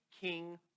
king